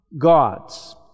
gods